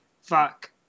fuck